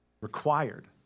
required